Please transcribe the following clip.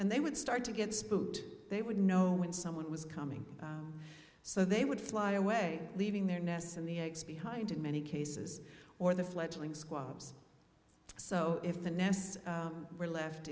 and they would start to get spooked they would know when someone was coming so they would fly away leaving their nests in the eggs behind in many cases or the fledgling squads so if the nests were left